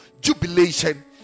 jubilation